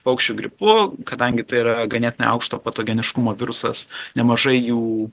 paukščių gripu kadangi tai yra ganėtinai aukšto patogeniškumo virusas nemažai jų